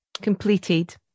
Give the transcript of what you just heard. completed